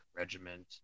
regiment